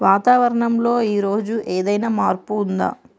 వాతావరణం లో ఈ రోజు ఏదైనా మార్పు ఉందా?